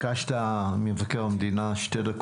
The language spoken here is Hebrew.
מצאנו גם שבמקרים מסוימים היה כוח שהופעל